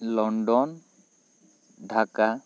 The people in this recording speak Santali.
ᱞᱚᱱᱰᱚᱱ ᱰᱷᱟᱠᱟ